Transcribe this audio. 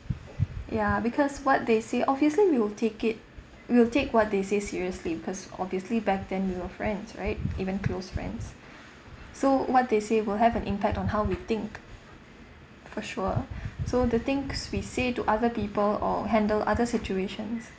ya because what they say obviously we will take it we'll take what they say serious because obviously back then we were friends right even close friends so what they say will have an impact on how we think for sure so the things we say to other people or handle other situations